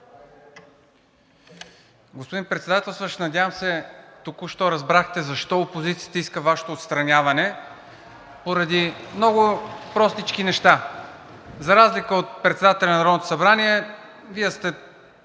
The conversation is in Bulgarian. Господин Председател, надявам се, току-що разбрахте защо опозицията иска Вашето отстраняване – поради много простички неща. За разлика от председателя на Народното събрание, Вие сте